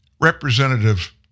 Representative